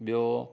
ॿियो